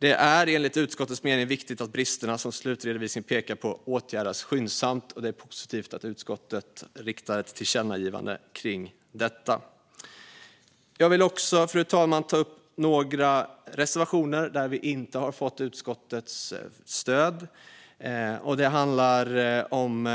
Det är enligt utskottets mening viktigt att de brister som slutredovisningen pekar på åtgärdas skyndsamt, och det är positivt att utskottet föreslår att det riktas ett tillkännagivande om detta. Fru talman! Jag vill också ta upp några reservationer som vi inte har fått utskottets stöd för. Det handlar om